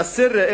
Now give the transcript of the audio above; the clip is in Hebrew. א-סרה,